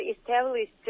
established